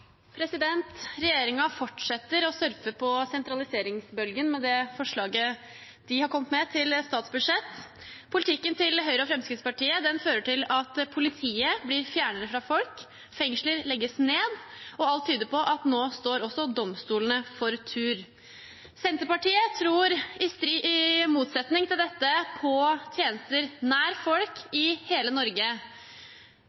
fortsetter å surfe på sentraliseringsbølgen med det forslaget til statsbudsjett de har kommet med. Politikken til Høyre og Fremskrittspartiet fører til at politiet blir fjernere fra folk, og at fengsler legges ned. Alt tyder på at nå står også domstolene for tur. Senterpartiet tror, i motsetning til dette, på tjenester nær folk,